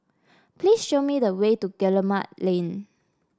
please show me the way to Guillemard Lane